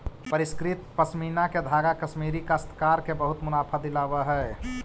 परिष्कृत पशमीना के धागा कश्मीरी काश्तकार के बहुत मुनाफा दिलावऽ हई